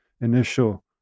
initial